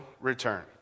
return